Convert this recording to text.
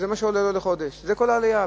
זה מה שעולה לו לחודש, זאת כל העלייה.